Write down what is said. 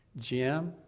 Jim